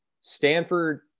Stanford